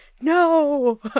no